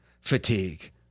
Fatigue